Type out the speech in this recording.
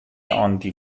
آنتی